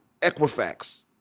Equifax